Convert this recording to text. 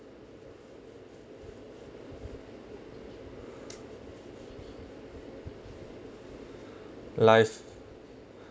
life